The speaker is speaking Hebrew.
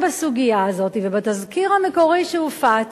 ובתזכיר המקורי שהופץ,